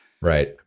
Right